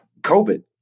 COVID